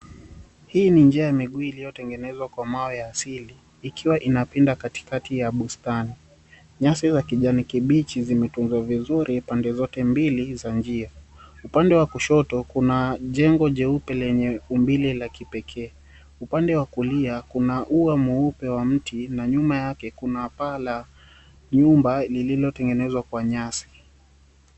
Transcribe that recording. Hii ni jia ya miguu iliyotengenezwa kwa mawe ya asili ikiwa inapinda katikati ya bustani. Nyasi za kijani kibichi zimetunzwa vizuri pande zote mbili za njia. Upande wa kushoto kuna jengo jeupe lenye umbile la kipekee upande wa kulia kuna ua mweupe wa mti na nyuma yake kuna paa la nyumba lililotengenezwa kwa nyasi.